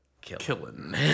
killing